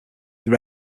they